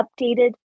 updated